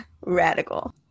Radical